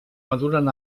maduren